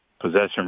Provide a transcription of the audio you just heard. Possession